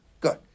Good